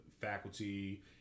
faculty